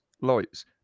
lights